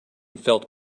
felt